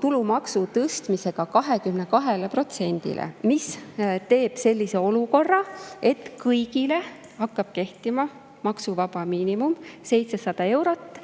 tulumaksu tõstmisega 22%‑le, mis teeb sellise olukorra, et kõigile hakkab kehtima maksuvaba miinimum 700 eurot